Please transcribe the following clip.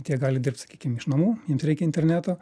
bet jie gali dirbt sakykim iš namų jiems reikia interneto